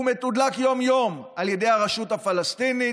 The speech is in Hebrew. הוא מתודלק יום-יום על ידי הרשות הפלסטינית,